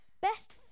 Best